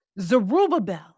Zerubbabel